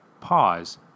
pause